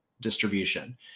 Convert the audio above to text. distribution